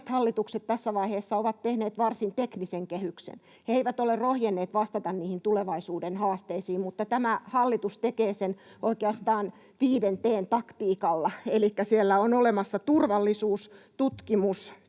tässä vaiheessa ovat tehneet varsin teknisen kehyksen. He eivät ole rohjenneet vastata niihin tulevaisuuden haasteisiin. Mutta tämä hallitus tekee sen oikeastaan viiden T:n taktiikalla, elikkä siellä on olemassa turvallisuus, tutkimus,